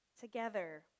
together